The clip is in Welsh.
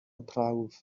prawf